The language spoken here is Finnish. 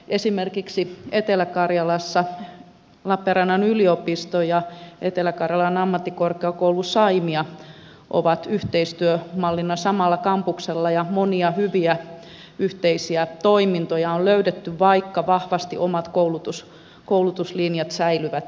esimerkiksi etelä karjalassa lappeenrannan yliopisto ja etelä karjalan ammattikorkeakoulu saimia ovat yhteistyömallina samalla kampuksella ja monia hyviä yhteisiä toimintoja on löydetty vaikka vahvasti omat koulutuslinjat säilyvätkin